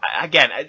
again